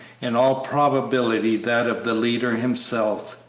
in all probability that of the leader himself.